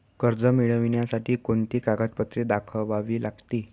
कर्ज मिळण्यासाठी कोणती कागदपत्रे दाखवावी लागतील?